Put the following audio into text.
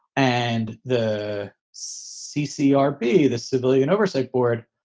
and the ccr be the civilian oversight board.